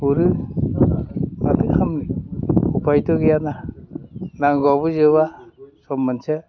हरो माथो खालामनो उपायथ' गैयाना नांगौआबो जोबा सम मोनसे